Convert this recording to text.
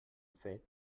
fet